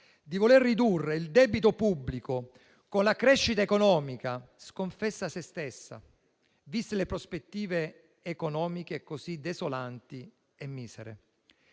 di voler ridurre il debito pubblico con la crescita economica, sconfessa se stessa, viste le prospettive economiche così desolanti e misere.